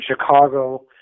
Chicago